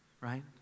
right